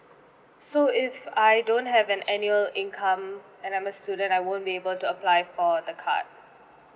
so if I don't have an annual income and I'm a student I won't be able to apply for the card